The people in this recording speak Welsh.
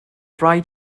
rhaid